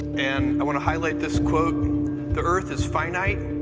and i want to highlight this quote the earth is finite,